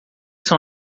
são